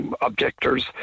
objectors